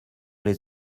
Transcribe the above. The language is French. les